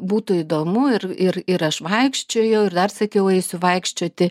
būtų įdomu ir ir ir aš vaikščiojau ir dar sakiau eisiu vaikščioti